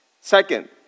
Second